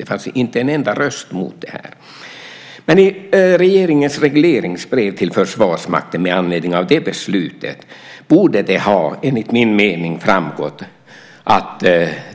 Det fanns inte en enda röst mot detta. I regeringens regleringsbrev till Försvarsmakten med anledning av detta beslut borde det enligt min mening ha framgått att